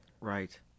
Right